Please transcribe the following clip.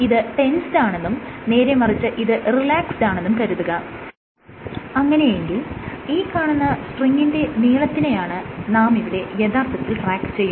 ഇത് ടെൻസ്ഡ് ആണെന്നും നേരെ മറിച്ച് ഇത് റിലാക്സ്ഡ് ആണെന്നും കരുതുക അങ്ങനെയെങ്കിൽ ഈ കാണുന്ന സ്ട്രിങിന്റെ നീളത്തിനെയാണ് നാം ഇവിടെ യഥാർത്ഥത്തിൽ ട്രാക്ക് ചെയ്യുന്നത്